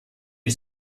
you